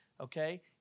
Okay